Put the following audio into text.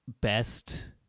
best